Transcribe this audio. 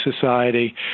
society